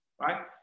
Right